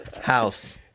house